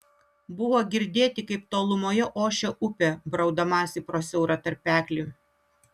buvo girdėti kaip tolumoje ošia upė braudamasi pro siaurą tarpeklį